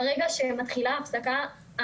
ברגע שמתחילה הפסקה,